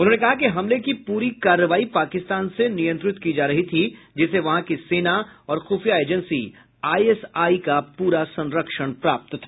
उन्होंने कहा कि हमले की पूरी कार्रवाई पाकिस्तान से नियंत्रित की जा रही थी जिसे वहां की सेना और खुफिया एजेंसी आईएसआई का पूरा संरक्षण प्राप्त था